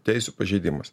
teisių pažeidimas